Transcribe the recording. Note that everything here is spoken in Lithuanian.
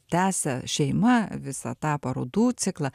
tęsia šeima visą tą parodų ciklą